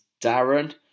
Darren